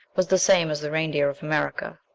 was the same as the reindeer of america.